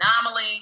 anomaly